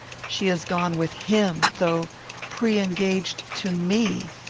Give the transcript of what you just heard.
she has gone with him, though pre-engaged to me!